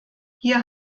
hier